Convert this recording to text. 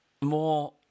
more